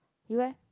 you leh